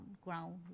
ground